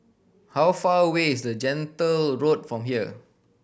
how far away is Gentle Road from here